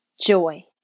joy